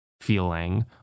feeling